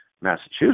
Massachusetts